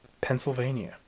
Pennsylvania